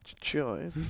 choice